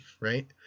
right